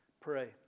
Pray